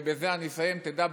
ובזה אני אסיים: אתה יודע,